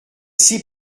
six